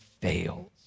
fails